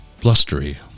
blustery